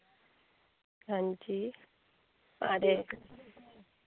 हांजी आं रे